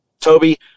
Toby